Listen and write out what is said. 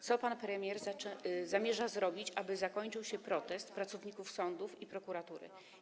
Co pan premier zamierza zrobić, aby zakończył się protest pracowników sądów i prokuratury?